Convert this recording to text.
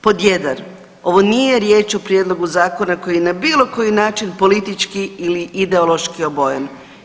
Pod jedan, ovo nije riječ o prijedlogu zakona koji na bilo koji način politički ili ideološki obojen.